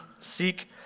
seek